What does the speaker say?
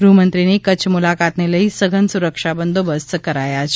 ગૃહમંત્રીની કચ્છ મુલાકાતને લઈ સઘન સુરક્ષા બંદોબસ્ત કરાયા છે